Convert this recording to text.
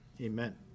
Amen